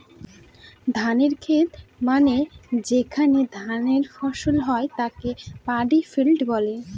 ধানের খেত মানে যেখানে ধান ফসল হয় তাকে পাডি ফিল্ড বলে